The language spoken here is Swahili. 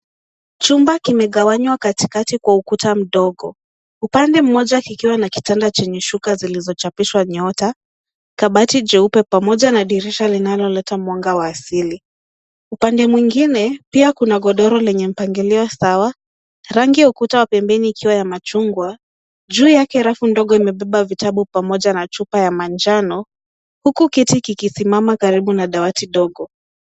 Chumba kimegawanywa katikati kwa ukuta mdogo. Upande mmoja kikiwa na kitanda chenye shuka zilizochapishwa nyota, kabati jeupe pamoja na dirisha linaloleta mwanga wa asili. Upande mwingine pia kuna godoro lenye mpangilio sawa, rangi ukuta wa pembeni ikiwa ya machungwa juu yake rafu ndogo imebeba vitabu pamoja na chupa ya manjano huku kiti kikisimama karibu na dawati ndogo.